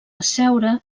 asseure